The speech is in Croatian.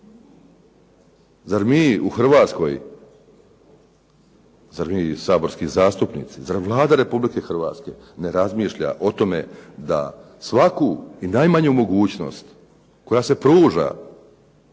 Zar mi u Hrvatskoj, zar mi saborski zastupnici, zar Vlada Republike Hrvatske ne razmišlja o tome da svaku i najmanju mogućnost koja se pruža